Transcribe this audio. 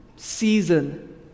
season